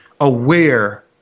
aware